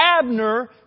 Abner